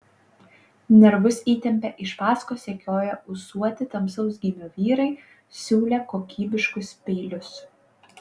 nervus įtempė iš paskos sekioję ūsuoti tamsaus gymio vyrai siūlę kokybiškus peilius